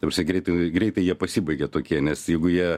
ta prasme greitai greitai jie pasibaigia tokie nes jeigu jie